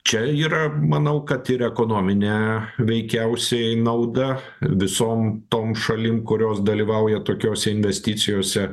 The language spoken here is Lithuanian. čia yra manau kad ir ekonominė veikiausiai nauda visom tom šalim kurios dalyvauja tokiose investicijose